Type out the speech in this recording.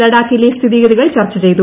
ലഡാക്കിലെ സ്ഥിതിഗതികൾ ചർച്ച ചെയ്തു